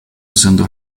usando